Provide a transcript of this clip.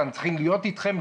אנחנו צריכים להיות אתכם,